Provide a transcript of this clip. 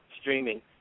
streaming